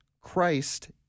Christ